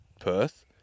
Perth